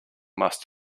must